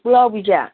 ꯄꯨꯛꯂꯥꯎꯕꯤꯁꯦ